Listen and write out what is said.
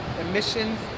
emissions